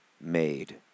Made